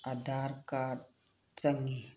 Aadhaar card ꯆꯪꯏ